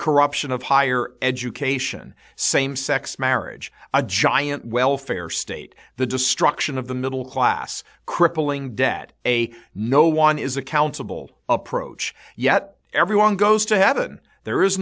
corruption of higher education same sex marriage a giant welfare state the destruction of the middle class crippling debt a no one is accountable approach yet everyone goes to heaven there is